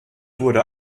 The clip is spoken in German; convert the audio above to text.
wurde